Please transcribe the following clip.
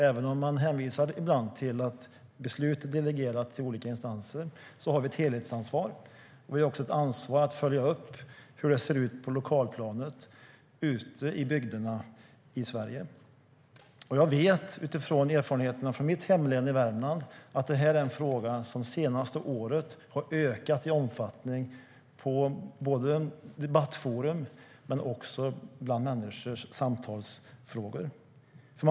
Även om man ibland hänvisar till att beslut delegerats till olika instanser har vi ett helhetsansvar. Vi har också ett ansvar att följa upp hur det ser ut på lokalplanet ute i bygderna i Sverige. Jag vet utifrån erfarenheterna från mitt hemlän Värmland att det här är en fråga som det senaste året har ökat i omfattning både i debattforum och bland människors samtalsfrågor.